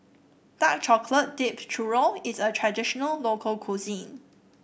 Dark Chocolate Dipped Churro is a traditional local cuisine